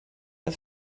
als